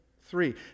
Three